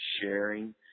sharing